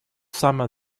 summer